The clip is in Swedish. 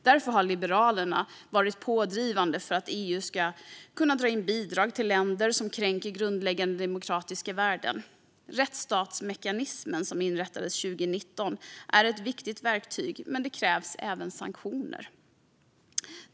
Därför har Liberalerna varit pådrivande för att EU ska kunna dra in bidrag till länder som kränker grundläggande demokratiska värden. Rättsstatsmekanismen, som inrättades 2019, är ett viktigt verktyg. Men det krävs även sanktioner.